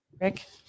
Rick